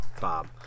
Bob